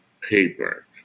paper